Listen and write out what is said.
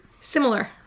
similar